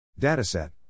Dataset